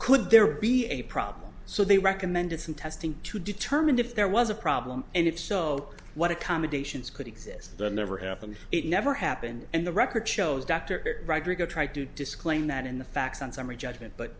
could there be a problem so they recommended some testing to determine if there was a problem and if so what accommodations could exist that never happened it never happened and the record shows doctor tried to disclaim that in the facts on summary judgment but